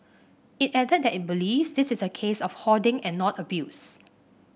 it added that it believes this is a case of hoarding and not abuse